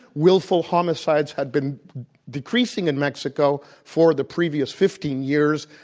willful homicides had been decreasing and mexico, for the previous fifteen years,